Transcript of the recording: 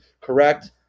correct